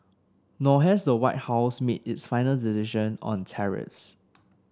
nor has the White House made its final decision on tariffs